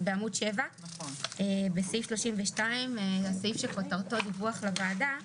בעמוד 7 בסעיף 32 שכותרתו: דיווח לוועדה.